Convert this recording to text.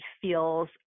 feels